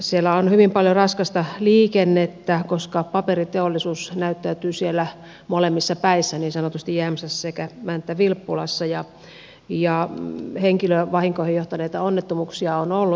siellä on hyvin paljon raskasta liikennettä koska paperiteollisuus näyttäytyy siellä molemmissa päissä niin sanotusti jämsässä sekä mänttävilppulassa ja henkilövahinkoihin johtaneita onnettomuuksia on ollut